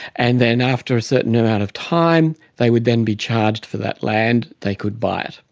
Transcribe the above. and then after a certain amount of time they would then be charged for that land. they could buy it.